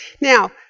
Now